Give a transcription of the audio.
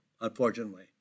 unfortunately